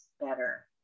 better